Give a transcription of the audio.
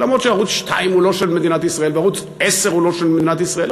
אף שערוץ 2 הוא לא של מדינת ישראל וערוץ 10 הוא לא של מדינת ישראל,